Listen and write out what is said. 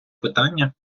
питання